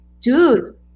Dude